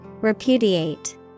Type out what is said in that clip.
Repudiate